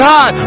God